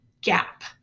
gap